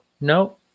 No